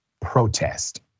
protest